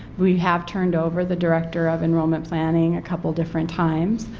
we have turned over the director of enrollment planning a couple different times,